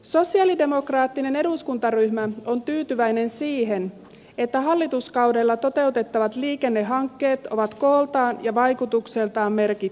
sosialidemokraattinen eduskuntaryhmä on tyytyväinen siihen että hallituskaudella toteutettavat liikennehankkeet ovat kooltaan ja vaikutuksiltaan merkittäviä